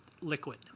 liquid